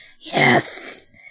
Yes